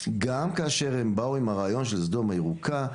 גם כאשר הם באו עם הרעיון של סדום הירוקה,